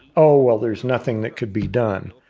oh well, there's nothing that could be done.